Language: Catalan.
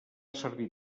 servir